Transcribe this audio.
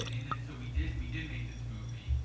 and and then so we did we did make this movie.